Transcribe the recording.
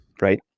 right